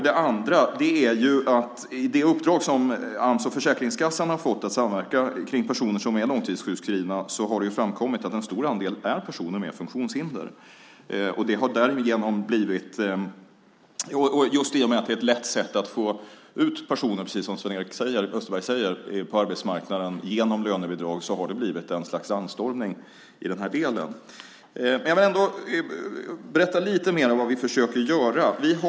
Det andra är att det genom det uppdrag som Ams och Försäkringskassan har fått att samverka kring personer som är långtidssjukskrivna har framkommit att en stor andel är personer med funktionshinder. Just i och med att lönebidrag är ett lätt sätt att få ut personer på arbetsmarknaden, precis som Sven-Erik Österberg säger, har det blivit en slags anstormning i den här delen. Jag vill berätta lite mer om vad vi försöker göra.